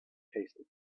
tasted